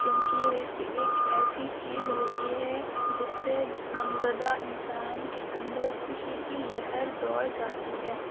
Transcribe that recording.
کیوںکہ یہ رزق ایک ایسی چیز ہوتی ہے جس سے غم زدہ انسان کے اندر خوشی کی لہر دوڑ جاتی ہے